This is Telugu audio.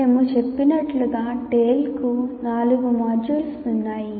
మేము చెప్పినట్లుగా టేల్కు నాలుగు మాడ్యూల్స్ ఉన్నాయి